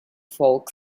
folk